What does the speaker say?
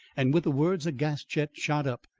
and with the words a gas-jet shot up,